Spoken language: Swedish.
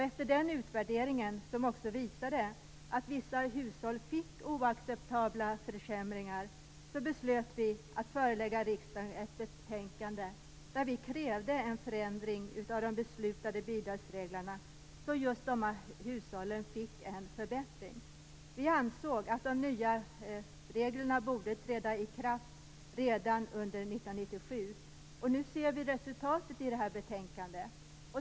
Efter den utvärderingen, som också visade att vissa hushåll fick oacceptabla försämringar, beslöt vi att förelägga riksdagen ett betänkande där vi krävde en förändring av de beslutade bidragsreglerna, så att just dessa hushåll fick en förbättring. Vi ansåg att de nya reglerna borde träda i kraft redan under 1997. Nu ser vi resultatet i det här betänkandet.